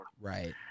right